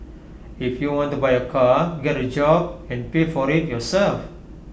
if you want to buy A car get A job and pay for IT yourself